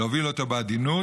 להוביל אותו בעדינות,